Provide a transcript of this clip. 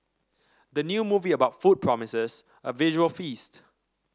the new movie about food promises a visual feast